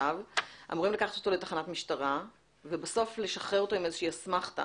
אמורים לקחת אותו לתחנת משטרה ובסוף לשחרר אותו עם איזושהי אסמכתה,